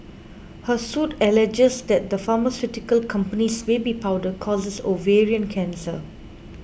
her suit alleges that the pharmaceutical company's baby powder causes ovarian cancer